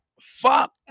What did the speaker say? fuck